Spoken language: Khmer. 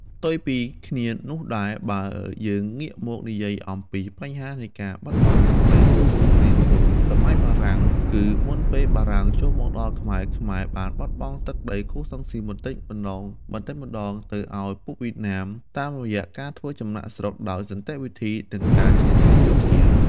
ផ្ទុយពីគ្នានោះដែរ បើយើងងាកមកនិយាយអំពីបញ្ហានៃការបាត់បង់ទឹកដីកូសាំងស៊ីនមុនសម័យបារាំង គឺមុនពេលបារាំងចូលមកដល់ ខ្មែរបានបាត់បង់ទឹកដីកូសាំងស៊ីនបន្តិចម្តងៗទៅឱ្យពួកវៀតណាម តាមរយៈការធ្វើចំណាកស្រុកដោយសន្តិវិធី និងការឈ្លានពានយោធា។